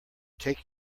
take